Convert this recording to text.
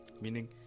meaning